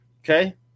Okay